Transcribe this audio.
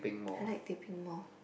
I like teh peng more